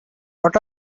what